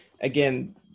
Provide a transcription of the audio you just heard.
again